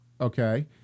Okay